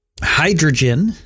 hydrogen